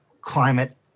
climate